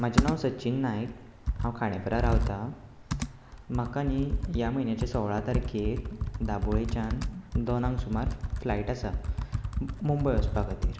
म्हजें नांव सचीन नायक हांव खांडेपरा रावतां म्हाका न्ही ह्या म्हयन्याचे सोळा तारखेर दाबोळेच्यान दोनाक सुमार फ्लायट आसा मुंबय वचपा खातीर